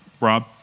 Rob